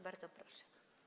Bardzo proszę.